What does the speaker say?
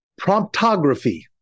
promptography